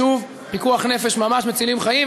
שוב, פיקוח נפש ממש, מצילים חיים.